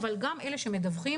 אבל גם מאלה שמדווחים,